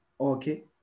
okay